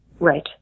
Right